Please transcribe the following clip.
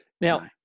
Now